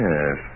Yes